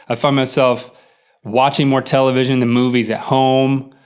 i find myself watching more television than movies at home,